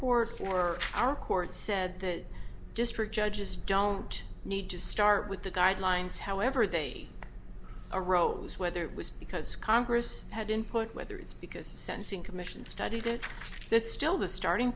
for our court said the district judges don't need to start with the guidelines however they arose whether it was because congress had input whether it's because sentencing commission studied it that's still the starting